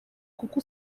kuko